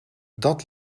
dat